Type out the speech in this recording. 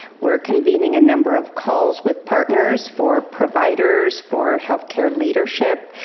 we're convening a number of calls with partners for providers for healthcare leadership,